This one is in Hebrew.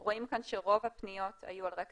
אנחנו רואים כאן שרוב הפניות היו על רקע